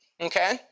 okay